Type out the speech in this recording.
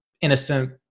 innocent